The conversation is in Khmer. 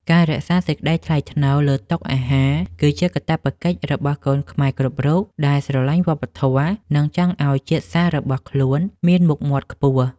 ការរក្សាសេចក្តីថ្លៃថ្នូរលើតុអាហារគឺជាកាតព្វកិច្ចរបស់កូនខ្មែរគ្រប់រូបដែលស្រឡាញ់វប្បធម៌ និង ចង់ឱ្យជាតិសាសន៍របស់ខ្លួនមានមុខមាត់ខ្ពស់។